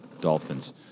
Dolphins